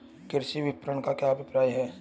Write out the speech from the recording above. कृषि विपणन का क्या अभिप्राय है?